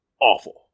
awful